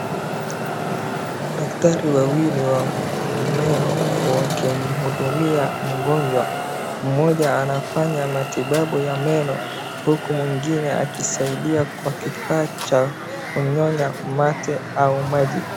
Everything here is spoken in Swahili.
Madaktari wawili wa meno wakimhudumia mgonjwa. Mmoja anafanya matibabu ya meno huku mwingine akisaidia kwa kifaa cha kunyonya mate au maji.